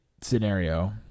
scenario